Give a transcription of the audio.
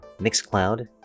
Mixcloud